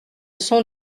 sont